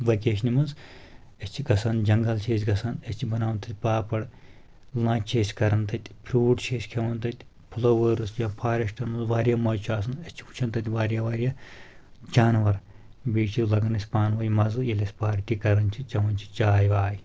وکیشنہِ منٛز أسۍ چھِ گژھان جنٛگل چھِ أسۍ گژھان أسۍ چھِ بناوان تتہِ پاپَڑ لَنٛچ چھِ أسۍ کَرَان تتہِ فروٗٹ چھِ أسۍ کھؠوان تَتہِ فٕلَوٲرٕس یا فاریسٹَن منٛز واریاہ مَزٕ چھُ آسان اَسہِ چھِ وٕچھان تتہِ واریاہ واریاہ جاناوَار بیٚیہِ چھِ لَگَان اَسہِ پانہٕ ؤنۍ مزٕ ییٚلہِ اَسہِ پارٹی کَرَان چھِ چوَان چھِ چاے واے